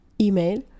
email